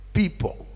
people